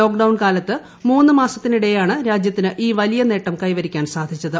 lockdown കാലത്തു മൂന്ന് മാസത്തിനിടെയാണ് രാജ്യത്തിന് ഈ വലിയ നേട്ടം കൈവരിക്കാൻ സാധിച്ചത്